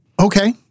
Okay